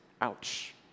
Ouch